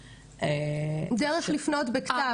אפשרות לפנות דרך --- דרך לפנות בכתב,